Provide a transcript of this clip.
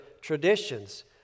traditions